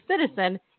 citizen